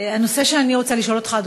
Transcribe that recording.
הנושא שאני רוצה לשאול אותך לגביו,